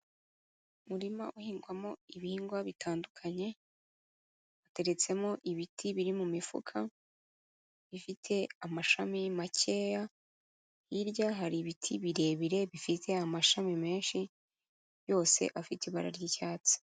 Umurima uhingwamo ibihingwa bitandukanye, hateretsemo ibiti biri mu mifuka, bifite amashami makeya, hirya hari ibiti birebire bifite amashami menshi yose afite ibara ry'icyatsi.